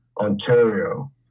Ontario